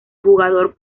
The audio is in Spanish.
jugador